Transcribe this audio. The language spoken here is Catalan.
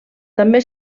també